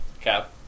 Cap